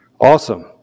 Awesome